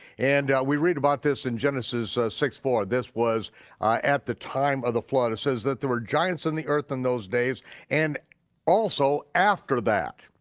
and we read about this in genesis six four, this was at the time of the flood, it says that there were giants on the earth in those days and also after that,